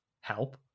help